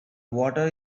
water